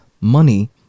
money